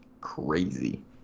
crazy